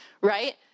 right